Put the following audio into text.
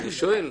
אני שואל.